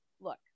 Look